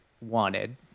wanted